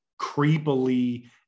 creepily –